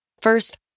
First